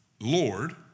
Lord